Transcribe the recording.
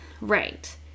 Right